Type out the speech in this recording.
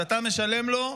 שאתה משלם לו,